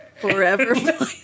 forever